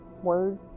word